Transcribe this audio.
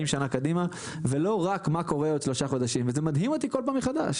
שנה קדימה ולא רק מה קורה עוד שלושה חודשים וזה מדהים אותי כל פעם מחדש,